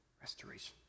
Restoration